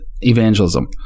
evangelism